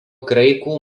graikų